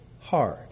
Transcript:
hard